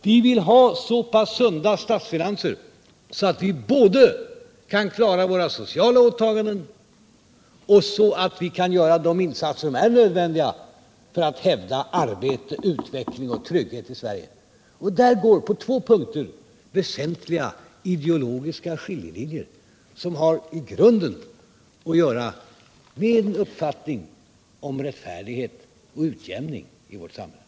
Vi vill ha så pass sunda statsfinanser att vi både kan klara våra sociala åtaganden och göra de insatser som är nödvändiga för att hävda arbete, utveckling och trygghet i Sverige. Där går på två punkter väsentliga ideologiska skiljelinjer som i grunden har att göra med olika uppfattningar om rättfärdighet och utjämning i samhället.